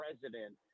president